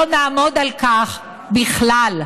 לא נעמוד על כך בכלל.